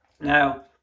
Now